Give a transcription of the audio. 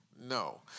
no